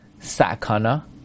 sakana